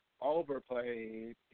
overplayed